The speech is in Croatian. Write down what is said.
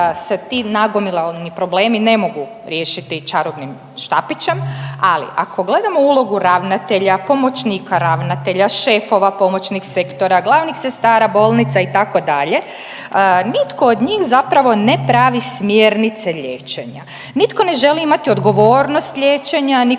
da ti nagomilani problemi ne mogu riješiti čarobnim štapićem, ali ako gledamo ulogu ravnatelja, pomoćnika ravnatelja, šefova pomoćnih sektora, glavnih sestara bolnica itd. nitko od njih zapravo ne pravi smjernice liječenja, nitko ne želi imat odgovornost liječenja, niko